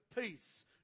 peace